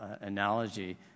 analogy